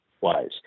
wise